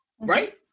right